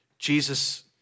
Jesus